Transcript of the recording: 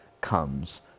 comes